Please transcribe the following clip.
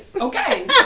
Okay